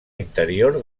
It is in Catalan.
interior